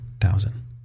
thousand